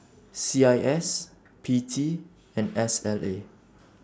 C I S P T and S L A